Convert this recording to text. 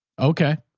okay.